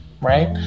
right